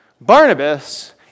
Barnabas